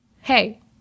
hey